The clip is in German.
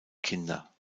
kinder